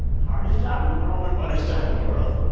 hardest job in the world or funnest job in the world?